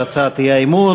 את הצעת האי-אמון.